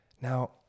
Now